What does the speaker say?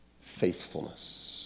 faithfulness